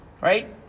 Right